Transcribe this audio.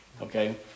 Okay